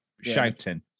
shouting